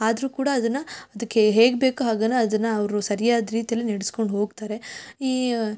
ಆದರೂ ಕೂಡ ಅದನ್ನು ಅದಕ್ಕೆ ಹೇಗೆ ಬೇಕೋ ಹಾಗೆ ಅದನ್ನು ಅವರು ಸರಿಯಾದ ರೀತಿಯಲ್ಲಿ ನಡೆಸ್ಕೊಂಡು ಹೋಗ್ತಾರೆ ಈ